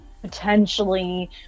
Potentially